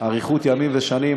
אריכות ימים ושנים.